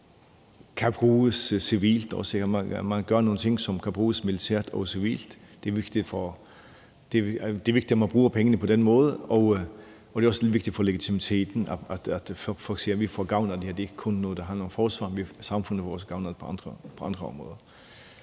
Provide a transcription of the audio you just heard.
man gør nogle ting, som kan bruges militært og civilt. Det er vigtigt, at man bruger pengene på den måde, og det er også vigtigt for legitimiteten, at folk ser, vi får gavn af det her. Det er ikke kun noget, der handler om forsvar. Samfundet får også gavn af det på andre områder.